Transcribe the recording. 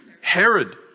Herod